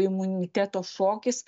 imuniteto šokis